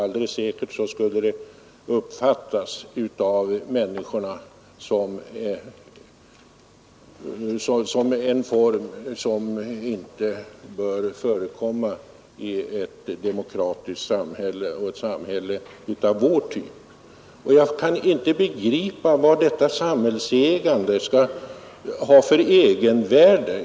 Alldeles säkert skulle det uppfattas av människorna som en åtgärd som inte bör förekomma i ett demokratiskt samhälle av vår typ. Jag kan inte begripa vad detta samhällsägande skall ha för egenvärde.